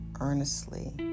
earnestly